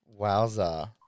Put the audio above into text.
Wowza